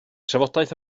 trafodaeth